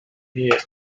here